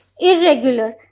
irregular